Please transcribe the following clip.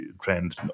trend